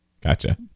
gotcha